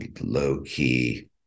low-key